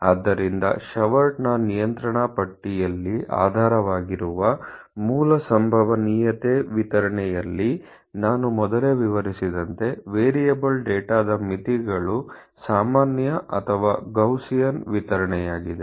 ಆದ್ದರಿಂದ ಶೆವರ್ಟ್ನ ನಿಯಂತ್ರಣ ಪಟ್ಟಿಯಲ್ಲಿShewhart's control chart ಆಧಾರವಾಗಿರುವ ಮೂಲ ಸಂಭವನೀಯತೆ ವಿತರಣೆಯಲ್ಲಿ ನಾನು ಮೊದಲೇ ವಿವರಿಸಿದಂತೆ ವೇರಿಯಬಲ್ ಡೇಟಾದ ಮಿತಿಗಳು ಸಾಮಾನ್ಯ ಅಥವಾ ಗೌಸಿಯನ್ ವಿತರಣೆಯಾಗಿದೆ